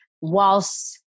whilst